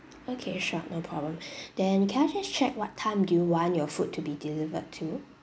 okay sure no problem then can I just check what time do you want your food to be delivered to